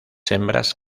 hembras